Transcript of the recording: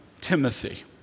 Timothy